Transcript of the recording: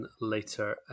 later